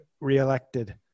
reelected